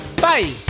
bye